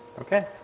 okay